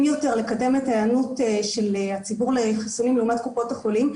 יותר לקדם את ההיענות של הציבור לחיסונים לעומת קופות החולים.